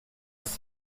als